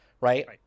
right